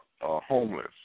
homeless